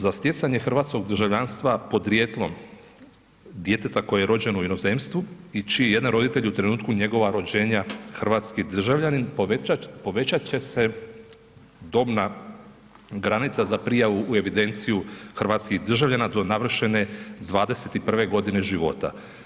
Za stjecanje hrvatskog državljanstva podrijetlom djeteta koje je rođeno u inozemstvu i čiji je jedan roditelj u trenutku njegova rođenja hrvatski državljanin povećat će se dobna granica za prijavu u evidenciju hrvatskih državljana do navršene 21 godine života.